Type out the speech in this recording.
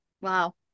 wow